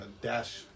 dash